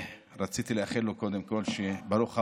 רציתי לאחל לו קודם כול ברוך הבא.